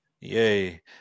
Yay